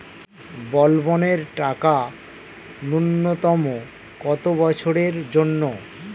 বলবনের টাকা ন্যূনতম কত বছরের জন্য?